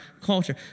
culture